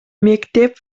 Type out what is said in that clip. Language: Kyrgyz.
мектеп